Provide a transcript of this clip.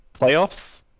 playoffs